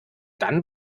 dann